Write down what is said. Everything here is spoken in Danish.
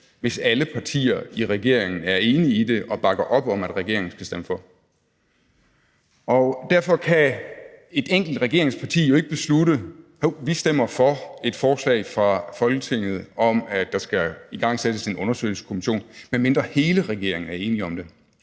hvis alle partier i regeringen er enige i det og bakker op om, at regeringen skal stemme for. Derfor kan et enkelt regeringsparti jo ikke beslutte, at hov, man stemmer for et forslag fra Folketinget om, at der skal igangsættes en undersøgelseskommission, medmindre hele regeringen er enige om det.